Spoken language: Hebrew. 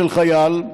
של חייל,